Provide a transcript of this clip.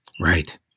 Right